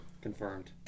Confirmed